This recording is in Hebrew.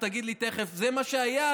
תגיד לי תכף: זה מה שהיה,